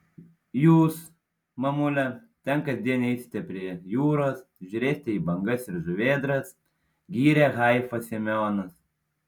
jūs mamule ten kasdien eisite prie jūros žiūrėsite į bangas ir žuvėdras gyrė haifą semionas